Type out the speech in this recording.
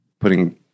putting